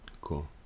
Cool